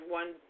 one